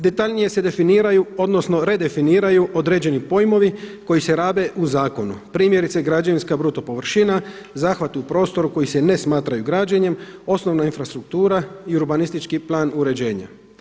Detaljnije se definiraju odnosno redefiniraju određeni pojmovi koji se rabe u zakonu primjerice građevinska bruto površina, zahvat u prostoru koji se ne smatraju građenjem, osnovna infrastruktura i urbanistički plan uređenja.